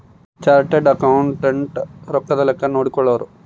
chartered accountant ರೊಕ್ಕದ್ ಲೆಕ್ಕ ನೋಡ್ಕೊಳೋರು